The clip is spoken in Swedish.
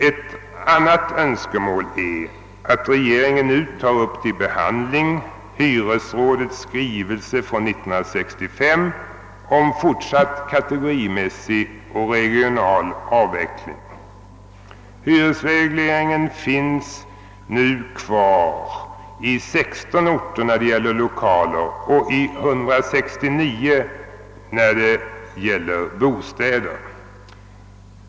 Ett annat önskemål är att regeringen nu tar upp till behandling hyresrådets skrivelse från år 1965 om ' fortsatt kategorimässig och regional avveckling av hyresregleringen. Denna finns nu kvar i 16 orter när det gäller lokaler och i 169 orter när det gäller bostäder.